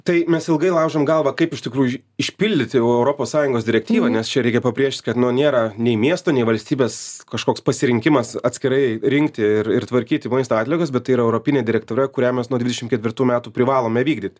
tai mes ilgai laužėm galvą kaip iš tikrųjų išpildyti europos sąjungos direktyvą nes čia reikia pabrėžti kad nu nėra nei miesto nei valstybės kažkoks pasirinkimas atskirai rinkti ir ir tvarkyti maisto atliekas bet tai yra europinė direktyva kurią mes nuo dvidešimt ketvirtų metų privalome vykdyti